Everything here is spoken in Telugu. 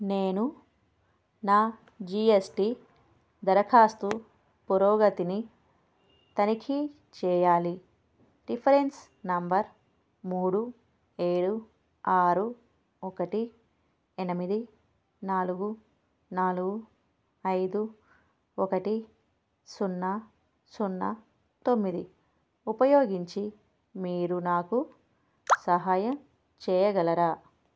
నేను నా జీ ఎస్ టీ దరఖాస్తు పురోగతిని తనిఖీ చేయాలి రిఫరెన్స్ నెంబర్ మూడు ఏడు ఆరు ఒకటి ఎనిమిది నాలుగు నాలుగు ఐదు ఒకటి సున్నా సున్నా తొమ్మిది ఉపయోగించి మీరు నాకు సహాయం చేయగలరా